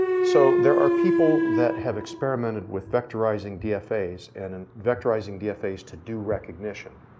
so, there are people that have experimented with vector rising dfas and and vector rising dfas to do recognition.